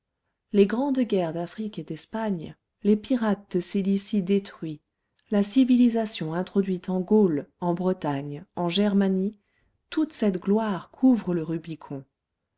les grandes guerres d'afrique et d'espagne les pirates de cilicie détruits la civilisation introduite en gaule en bretagne en germanie toute cette gloire couvre le rubicon